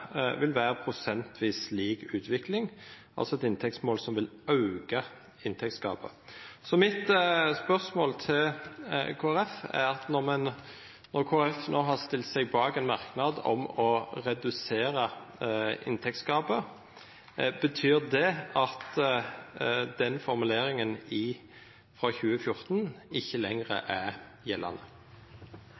vil vera prosentvis lik utvikling, altså eit inntektsmål som vil auka inntektsgapet. Så mitt spørsmål til Kristeleg Folkeparti er: Når Kristeleg Folkeparti no har stilt seg bak ein merknad om å redusera inntektsgapet, betyr det at den formuleringa frå 2014 ikkje lenger er gjeldande?